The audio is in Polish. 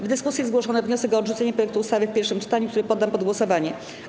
W dyskusji zgłoszono wniosek o odrzucenie projektu ustawy w pierwszym czytaniu, który poddam pod głosowanie.